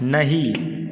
नहि